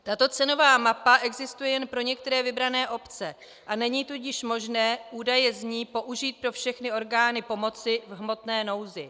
Tato cenová mapa existuje jen pro některé vybrané obce, a není tudíž možné údaje z ní použít pro všechny orgány pomoci v hmotné nouzi.